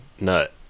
Nut